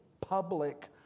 public